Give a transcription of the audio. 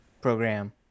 program